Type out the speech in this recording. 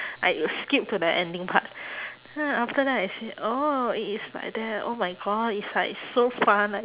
I will skip to the ending part ah after that I say oh it is like that oh my god is like so fun like